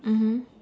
mmhmm